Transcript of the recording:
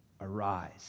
arise